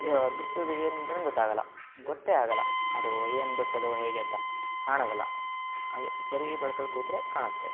ಬಿಡ್ಸೋದು ಏನು ಅಂತನೇ ಗೊತ್ತಾಗೋಲ್ಲ ಗೊತ್ತೇ ಆಗೋಲ್ಲ ಅದು ಏನು ಬಿಡ್ಸೋದು ಹೇಗೆ ಅಂತ ಕಾಣದಿಲ್ಲ ಹಾಗೆ ಸರಿ ಬೆಳ್ಕಲ್ಲಿ ಕೂತರೆ ಕಾಣುತ್ತೆ